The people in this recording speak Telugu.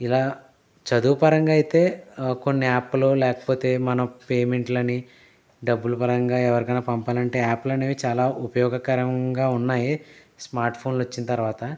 ఇలా చదువుపరంగా అయితే కొన్ని యాప్లు లేకపోతే మన పేమెంట్ లని డబ్బులు పరంగా ఎవరికైనా పంపాలంటే యాప్ లనేవి చాలా ఉపయోగకరంగా ఉన్నాయి స్మార్ట్ ఫోన్లు వచ్చిన తర్వాత